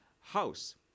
house